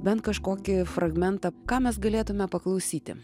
bent kažkokį fragmentą ką mes galėtume paklausyti